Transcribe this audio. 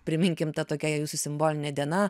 priminkim ta tokia jūsų simbolinė diena